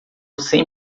sem